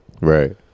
Right